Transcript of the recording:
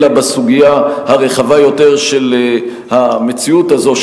אלא בסוגיה הרחבה יותר של המציאות הזאת,